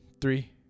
three